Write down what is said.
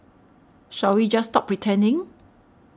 shall we just stop pretending